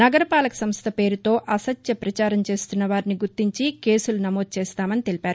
నగరపాలక సంస్ట పేరుతో అసత్య ప్రచారం చేస్తున్న వారిని గుర్తించి కేసు నమోదు చేస్తామని తెలిపారు